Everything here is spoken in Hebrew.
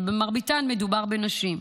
ולרוב מדובר בנשים.